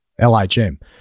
LHM